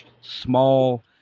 small